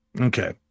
okay